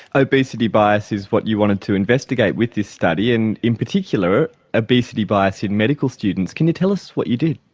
obesity bias is what you wanted to investigate with this study, and in particular obesity bias in medical students. can you tell us what you did?